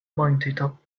mountaintop